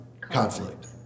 Conflict